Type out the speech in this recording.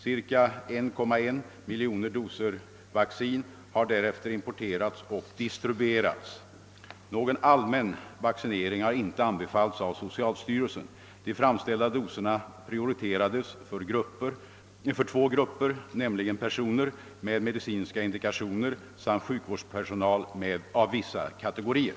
Cirka 1,1 miljon doser vaccin har härefter importerats och distribuerats. Någon allmän vaccinering har inte anbefallts av socialstyrelsen. De framställda doserna prioriterades för två grupper, nämligen personer med medicinska indikationer samt sjukvårdspersonal av vissa kategorier.